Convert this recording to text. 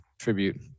tribute